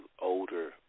older